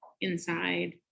inside